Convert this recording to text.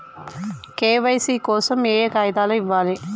KYC కోసం ఏయే కాగితాలు ఇవ్వాలి?